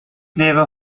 never